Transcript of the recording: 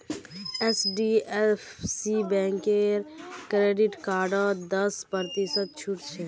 HDFC बैंकेर credit कार्डत दस प्रतिशत छूट छ